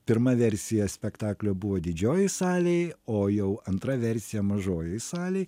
pirma versija spektaklio buvo didžiojoj salėj o jau antra versija mažojoj salėj